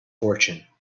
fortune